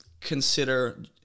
consider